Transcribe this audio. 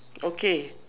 okay